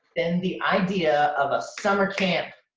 and the idea of a summer camp,